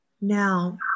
Now